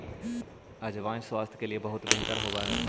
अजवाइन स्वास्थ्य के लिए बहुत बेहतर होवअ हई